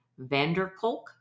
Vanderkolk